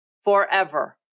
forever